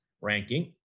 ranking